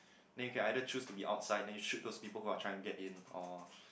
then you can either choose to be outside then you shoot those people who are trying get in or